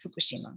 Fukushima